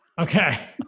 Okay